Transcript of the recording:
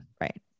Right